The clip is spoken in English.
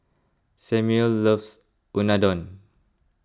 Samual loves Unadon